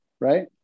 Right